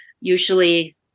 usually